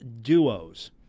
duos